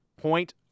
point